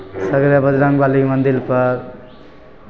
सगरे बजरङ्ग बलीके मन्दिरपर